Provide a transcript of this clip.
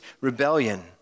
rebellion